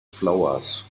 flowers